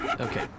Okay